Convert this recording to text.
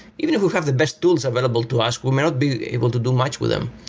even if we have the best tools available to us, we may not be able to do much with them.